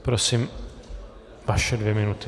Prosím, vaše dvě minuty.